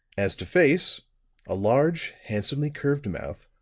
as to face a large, handsomely curved mouth,